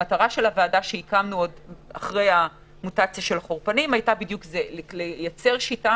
המטרה של הוועדה שהקמנו אחרי המוטציה של החורפנים הייתה לייצר שיטה